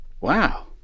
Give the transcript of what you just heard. Wow